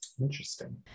Interesting